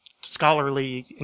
scholarly